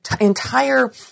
entire